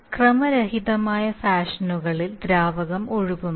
ക്രമരഹിതമായ ഫാഷനുകളിൽ ദ്രാവകം ഒഴുകുന്നു